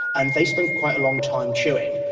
and they spend quite a long time chewing,